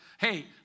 hey